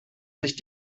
sich